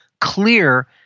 clear